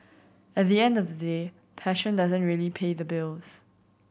at the end of the day passion doesn't really pay the bills